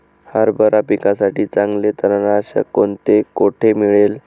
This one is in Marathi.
हरभरा पिकासाठी चांगले तणनाशक कोणते, कोठे मिळेल?